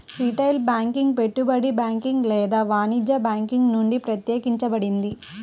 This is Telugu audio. రిటైల్ బ్యాంకింగ్ పెట్టుబడి బ్యాంకింగ్ లేదా వాణిజ్య బ్యాంకింగ్ నుండి ప్రత్యేకించబడింది